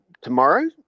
tomorrow